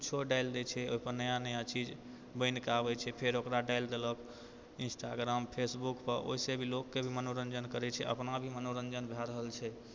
कुछौ डालि देछै ओहिपर नया नया चीज बनिके आबै छै फेरो ओकरा डालि देलक इन्स्टाग्राम फेसबुकपर ओहिसँ लोकके भी मनोरञ्जन करै छै अपना भी मनोरञ्जन भए रहल छै